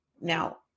Now